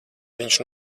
viņš